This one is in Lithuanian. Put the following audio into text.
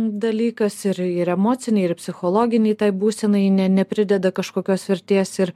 dalykas ir ir emocinei ir psichologinei tai būsenai ne neprideda kažkokios vertės ir